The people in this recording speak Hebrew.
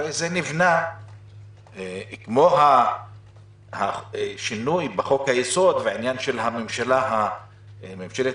כמו השינוי בחוק-היסוד והעניין של ממשלת